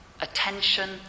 attention